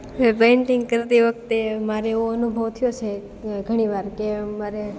painting કરતી વખતે મારે એવો અનુભવ થ્યો છે ઘણી વાર કે મારે